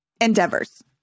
endeavors